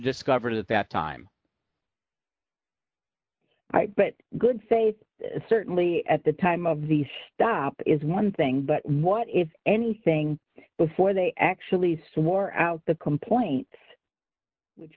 discovered at that time but good faith certainly at the time of these stop is one thing but what if anything before they actually wore out the complaint